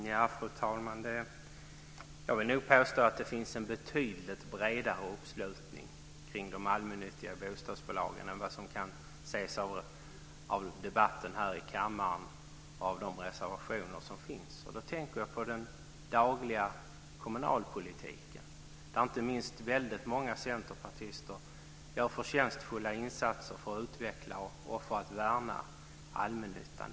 Fru talman! Jag vill nog påstå att det finns en betydligt bredare uppslutning kring de allmännyttiga bostadsbolagen än vad som kan dömas av debatten här i kammaren och av de reservationer som finns. Jag tänker på den dagliga kommunalpolitiken. Där har inte minst väldigt många centerpartister gjort förtjänstfulla insatser för att utveckla och värna allmännyttan.